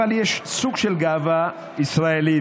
אבל יש סוג של גאווה ישראלית,